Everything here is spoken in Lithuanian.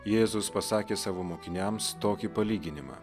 jėzus pasakė savo mokiniams tokį palyginimą